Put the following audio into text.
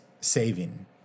saving